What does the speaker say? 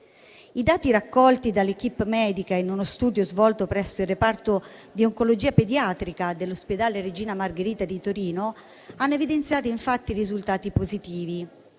I dati raccolti dall'*équipe* medica in uno studio svolto presso il reparto di oncologia pediatrica dell'Ospedale Regina Margherita di Torino hanno evidenziato infatti risultati positivi.